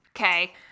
Okay